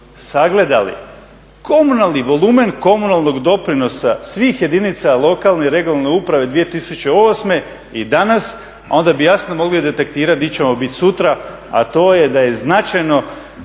sagledali komunalni volumen komunalnog doprinosa svih jedinica lokalne i regionalne uprave 2008. i danas, onda bi jasno mogli detektirati di ćemo bit sutra, a to je da je značajno